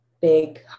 big